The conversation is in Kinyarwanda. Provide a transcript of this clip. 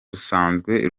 rusanzwe